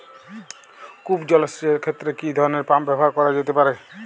কূপ জলসেচ এর ক্ষেত্রে কি ধরনের পাম্প ব্যবহার করা যেতে পারে?